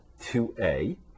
2a